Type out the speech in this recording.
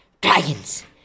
Dragons